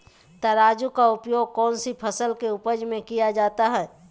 तराजू का उपयोग कौन सी फसल के उपज में किया जाता है?